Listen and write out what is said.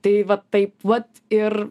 tai vat taip vat ir